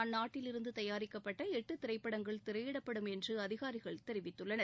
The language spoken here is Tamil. அந்நாட்டிலிருந்து தயாரிக்கப்பட்டு எட்டு திரைப்படங்கள் திரையிடப்படும் என்று அதிகாரிகள் தெரிவித்துள்ளனர்